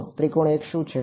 તો ત્રિકોણ 1 શું છે